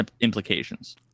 implications